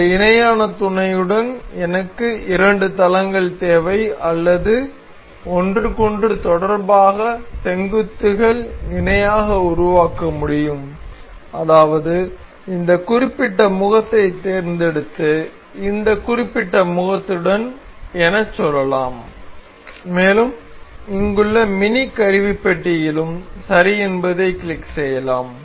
ஒரு இணையான துணையுடன் எனக்கு இரண்டு தளங்கள் தேவை அல்லது ஒன்றுக்கொன்று தொடர்பாக செங்குத்துகள் இணையாக உருவாக்க முடியும் அதாவது இந்த குறிப்பிட்ட முகத்தைத் தேர்ந்தெடுத்து இந்த குறிப்பிட்ட முகத்துடன் எனச் சொல்வோம் மேலும் இங்குள்ள மினி கருவிப்பட்டியிலும் சரி என்பதைக் கிளிக் செய்யலாம்